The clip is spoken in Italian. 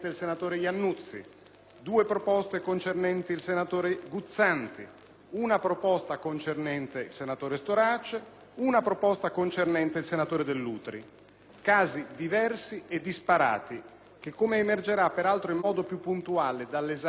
due proposte concernenti l'ex senatore Guzzanti, su una proposta concernente il senatore Storace e su una proposta concernente il senatore Dell'Utri. Si tratta di casi diversi e disparati che, come emergerà peraltro in modo più puntuale dall'esame di ognuno di essi,